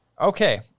Okay